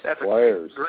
players